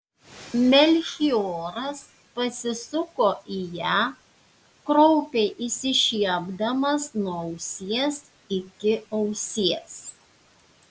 melchioras pasisuko į ją kraupiai išsišiepdamas nuo ausies iki ausies